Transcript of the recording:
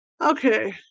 Okay